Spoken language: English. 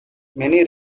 many